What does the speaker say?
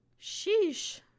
sheesh